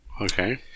Okay